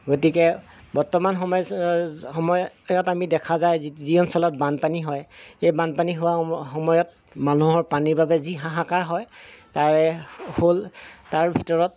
গতিকে বৰ্তমান সময় সময়ত আমি দেখা যায় যি অঞ্চলত বানপানী হয় এই বানপানী হোৱাৰ সময়ত মানুহৰ পানীৰ বাবে যি হাহাকাৰ হয় তাৰে হ'ল তাৰ ভিতৰত